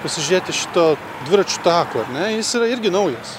pasižiūrėti šito dviračių tako ar ne jis yra irgi naujas